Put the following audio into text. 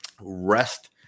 rest